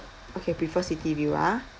okay prefer city view ah